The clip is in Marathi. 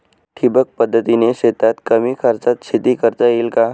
ठिबक पद्धतीने शेतात कमी खर्चात शेती करता येईल का?